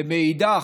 ומצד שני,